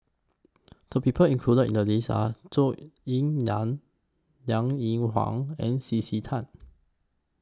The People included in The list Are Zhou Ying NAN Liang Eng Hwa and C C Tan